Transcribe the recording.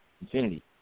infinity